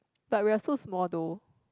but we're so small though